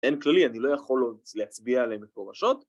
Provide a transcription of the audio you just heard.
אין כללי, אני לא יכול להצביע עליהם מפורשות